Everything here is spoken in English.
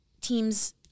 teams